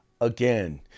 again